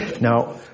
Now